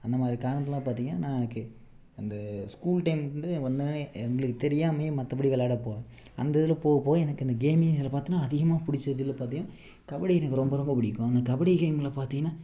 அந்தமாதிரி காலங்களில் பார்த்திங்கனா எனக்கு அந்த ஸ்கூல் டைம் வந்து வந்தோடனே எங்களுக்கு தெரியாமயே மற்றபடி விளையாட போவேன் அந்த இதில் போக போக எனக்கு இந்த கேமிங் இதில் பாத்தோம்னா அதிகமாக பிடிச்சதுல பார்த்திங்கனா கபடி எனக்கு ரொம்ப ரொம்ப பிடிக்கும் அந்த கபடி கேமில் பார்த்திங்கனா